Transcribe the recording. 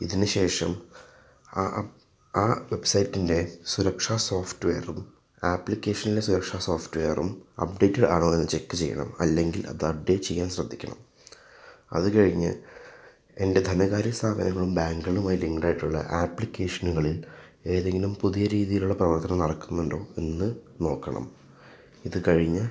ഇതിനു ശേഷം ആ ആ വെബ്സൈറ്റിൻ്റെ സുരക്ഷാ സോഫ്റ്റ്വെയറും ആപ്ലിക്കേഷനിലെ സുരക്ഷാ സോഫ്റ്റ്വെയറും അപ്ഡേറ്റഡ് ആണോയെന്നു ചെക്ക് ചെയ്യണം അല്ലെങ്കിൽ അതപ്ടേറ്റ് ചെയ്യാൻ ശ്രദ്ധിക്കണം അതു കഴിഞ്ഞ് എൻ്റെ ധനകാര്യ സ്ഥാപനങ്ങളും ബാങ്കുകളുമായി ലിങ്ക്ഡ് ആയിട്ടുള്ള ആപ്ലിക്കേഷനുകളിൽ ഏതെങ്കിലും പുതിയ രീതിയിലുള്ള പ്രവർത്തനം നടക്കുന്നുണ്ടോ എന്ന് നോക്കണം ഇതു കഴിഞ്ഞ്